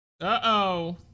Uh-oh